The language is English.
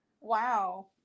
Wow